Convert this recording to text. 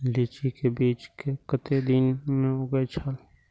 लीची के बीज कै कतेक दिन में उगे छल?